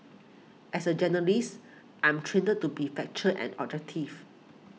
as a journalist I'm trained to be factual and